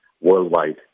worldwide